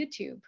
YouTube